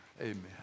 Amen